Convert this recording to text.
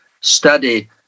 study